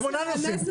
יקר.